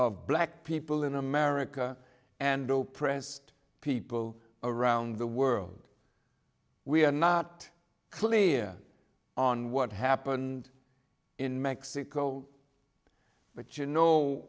of black people in america and though pressed people around the world we are not clear on what happened in mexico but you know